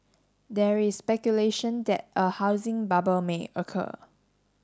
there is speculation that a housing bubble may occur